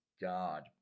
God